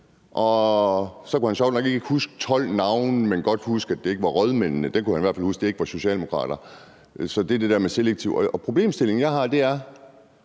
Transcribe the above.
og så kunne han sjovt nok ikke huske 12 navne, men han kunne godt huske, at det ikke var rådmændene. Han kunne i hvert fald huske, at det ikke var socialdemokrater. Så det er det med det selektive. Problemstillingen er, at man